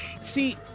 See